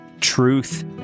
truth